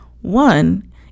One